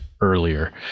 earlier